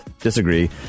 disagree